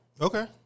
Okay